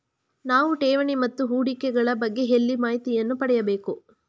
ನಾವು ಠೇವಣಿ ಮತ್ತು ಹೂಡಿಕೆ ಗಳ ಬಗ್ಗೆ ಎಲ್ಲಿ ಮಾಹಿತಿಯನ್ನು ಪಡೆಯಬೇಕು?